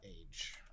Age